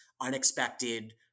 unexpected